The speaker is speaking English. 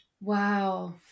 Wow